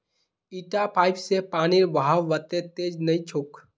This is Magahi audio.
इटा पाइप स पानीर बहाव वत्ते तेज नइ छोक